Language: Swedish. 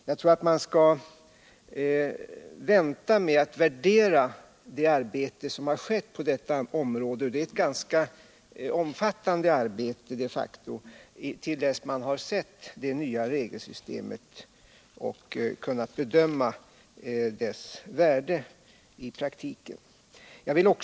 Jag tror att vi skall vänta med att värdera det arbete som har lagts ned på detta område — det är de facto ett ganska omfattande arbete —- tills vi har sett det nya regelsystemet och kan bedöma dess värde i praktiken.